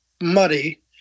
muddy